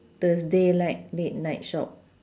thursday night late night shop